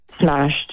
smashed